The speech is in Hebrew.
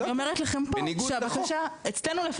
אז אני אומרת לכם פה שהבקשה לפחות אצלנו,